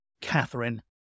Catherine